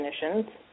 definitions